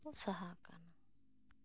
ᱠᱚ ᱥᱟᱦᱟ ᱠᱟᱜ